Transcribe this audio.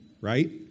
right